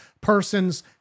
person's